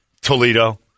Toledo